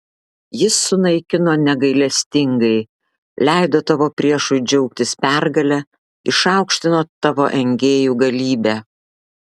jis sunaikino negailestingai leido tavo priešui džiaugtis pergale išaukštino tavo engėjų galybę